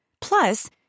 Plus